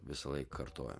visąlaik kartojam